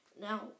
Now